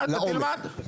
אתה תלמד.